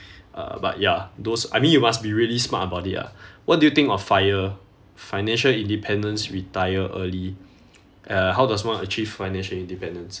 uh but ya those I mean you must be really smart about it ah what do you think of FIRE financial independence retire early uh how does one achieve financial independence